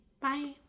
Bye